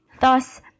Thus